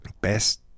best